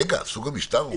סוג המשטר הוא קצת אחר.